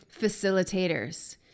facilitators